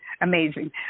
Amazing